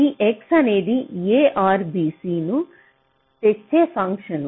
ఈ x అనేది a or bc ను తెచ్చే ఫంక్షన్